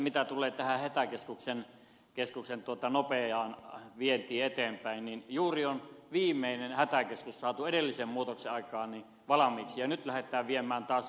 mitä tulee hätäkeskuksien nopeaan eteenpäinvientiin juuri on viimeinen hätäkeskus saatu edellisessä muutoksessa valmiiksi ja nyt lähdetään viemään taas uutta